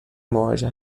مواجه